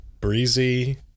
breezy